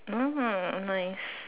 ah nice